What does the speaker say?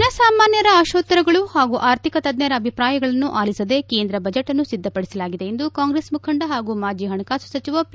ಜನಸಾಮಾನ್ನರ ಆಶೋತ್ನರಗಳು ಹಾಗೂ ಆರ್ಥಿಕ ತಜ್ಞರ ಅಭಿಪ್ರಾಯಗಳನ್ನು ಆಲಿಸದೆ ಕೇಂದ್ರ ಬಜೆಟ್ನ್ನು ಸಿದ್ಧಪಡಿಸಲಾಗಿದೆ ಎಂದು ಕಾಂಗ್ರೆಸ್ ಮುಖಂಡ ಹಾಗೂ ಮಾಜಿ ಹಣಕಾಸು ಸಚಿವ ಪಿ